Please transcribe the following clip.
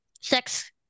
sex